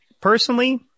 Personally